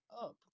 up